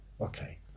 okay